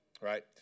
right